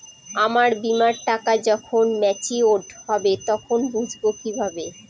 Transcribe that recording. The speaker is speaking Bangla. আমার বীমার টাকা যখন মেচিওড হবে তখন বুঝবো কিভাবে?